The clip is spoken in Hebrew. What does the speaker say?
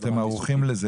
אתם ערוכים לזה?